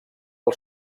del